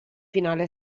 finale